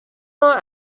not